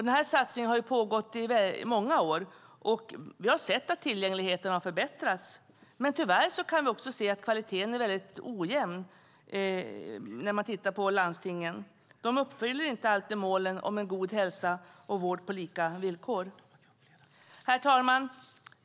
Denna satsning har pågått i många år, och vi har sett att tillgängligheten har förbättrats, men tyvärr så kan vi se att kvaliteten är väldigt ojämn ute i landstingen. Man uppfyller inte alltid målen om en god hälsa och vård på lika villkor. Herr talman!